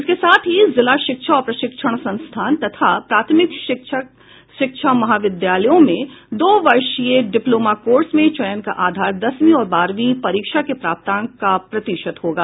इसके साथ ही जिला शिक्षा और प्रशिक्षण संस्थान तथा प्राथमिक शिक्षक शिक्षा महाविद्यालयों में दो वर्षीय डिप्लोमा कोर्स में चयन का आधार दसवीं और बारहवीं परीक्षा के प्राप्तांक का प्रतिशत होगा